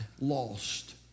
lost